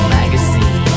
magazine